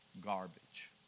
garbage